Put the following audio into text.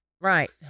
Right